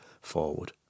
forward